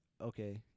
Okay